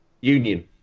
Union